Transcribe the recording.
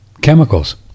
chemicals